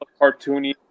cartoony